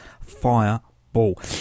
Fireball